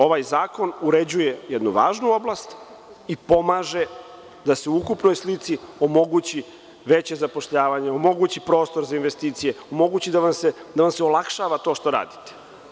Ovaj zakon uređuje jednu važnu oblast i pomaže da se ukupnoj slici omogući veće zapošljavanje, omogući prostor za investicije, omogući da vam se olakšava to što radite.